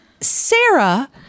Sarah